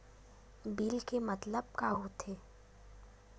Bill के मतलब का होथे?